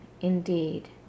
indeed